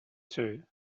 two